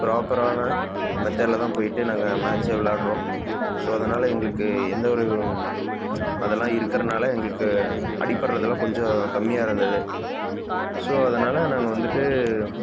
ப்ராப்பரான மெத்தேர்ட்டில் தான் போய்விட்டு நாங்கள் மேட்ச்சே விளாட்றோம் ஸோ அதனால் எங்களுக்கு எந்த ஒரு அதெல்லாம் இருக்கிறனால எங்களுக்கு அடிப்படுறதுலாம் கொஞ்சம் கம்மியாக இருந்தது ஸோ அதனால் நாங்கள் வந்துட்டு